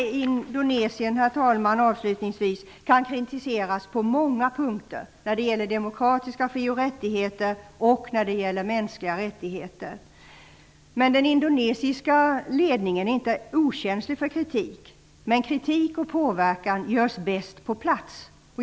Avslutningsvis: Förhållandena i Indonesien kan kritiseras på många punkter när det gäller demokratiska fri och rättigheter och mänskliga rättigheter. Den indonesiska ledningen är inte okänslig för kritik. Men kritik och påverkan sker bäst på plats.